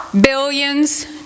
billions